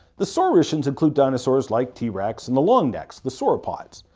the saurischians include dinosaurs like t. rex and the long necks the sauropods.